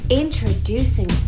introducing